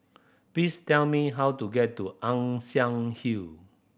please tell me how to get to Ann Siang Hill